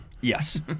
Yes